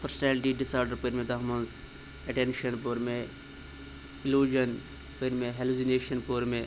personality disorder پٔرۍ مےٚ تَتھ منٛز اٮ۪ٹٮ۪نشَن پوٚر مےٚ اِلوٗجَن پٔرۍ مےٚ ہٮ۪لوزِنیشَن پوٚر مےٚ